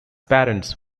parents